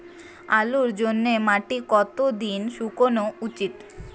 আলুর জন্যে মাটি কতো দিন শুকনো উচিৎ?